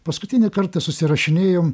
paskutinį kartą susirašinėjom